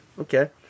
Okay